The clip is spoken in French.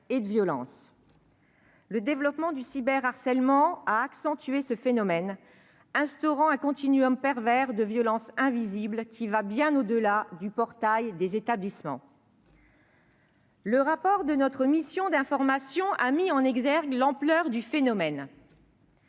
et de violence. Le développement du cyberharcèlement a accentué ce phénomène, en instaurant un continuum pervers de violence invisible, qui va bien au-delà du portail des établissements. Le rapport de notre mission d'information a mis en exergue l'ampleur du phénomène.